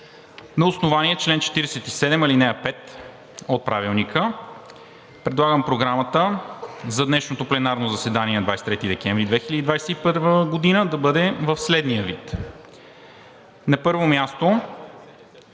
На основание чл. 47, ал. 5 от Правилника предлагам Програмата за днешното пленарно заседание – на 23 декември 2021 г., да бъде в следния вид: На първо място,